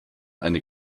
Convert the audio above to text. eine